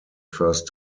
first